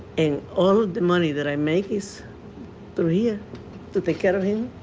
in all of the money that i make these three a that they can of him.